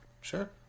sure